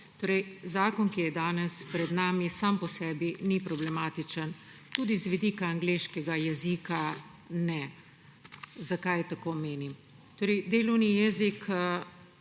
unije. Zakon, ki je danes pred nami, sam po sebi ni problematičen, tudi z vidika angleškega jezika ne. Zakaj tako menim? Delovni jezik